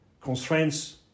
constraints